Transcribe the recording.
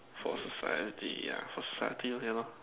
for society yeah for society ya lor